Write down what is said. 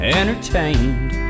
entertained